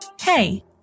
Hey